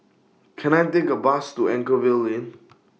Can I Take A Bus to Anchorvale Lane